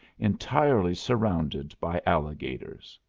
entirely surrounded by alligators.